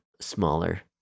smaller